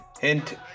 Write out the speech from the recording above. hint